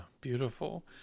beautiful